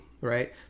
right